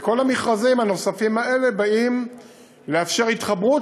וכל המכרזים הנוספים האלה באים לאפשר התחברות